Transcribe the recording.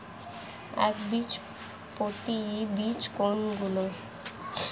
একবীজপত্রী বীজ কোন গুলি?